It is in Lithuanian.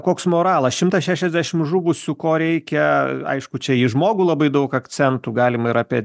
koks moralas šimtas šešiasdešimt žuvusių ko reikia aišku čia į žmogų labai daug akcentų galima ir apie